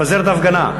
פזר את ההפגנה.